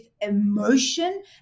emotion